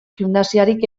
gimnasiarik